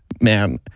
man